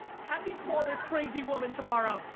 have me call this crazy woman tomorrow.